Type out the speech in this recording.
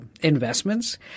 investments